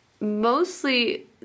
mostly